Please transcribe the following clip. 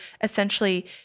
essentially